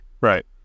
Right